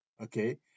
Okay